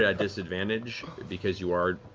ah disadvantage because you are,